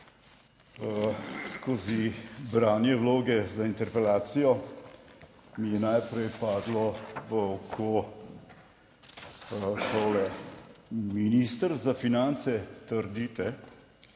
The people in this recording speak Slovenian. Skozi branje vloge za interpelacijo mi je najprej padlo v oko tole. Minister za finance trdite,